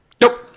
Nope